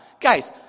Guys